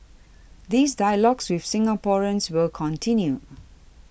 these dialogues with Singaporeans will continue